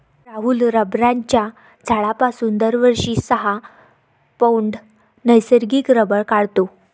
राहुल रबराच्या झाडापासून दरवर्षी सहा पौंड नैसर्गिक रबर काढतो